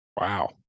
Wow